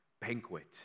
banquet